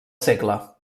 segle